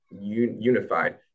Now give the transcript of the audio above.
unified